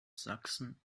sachsen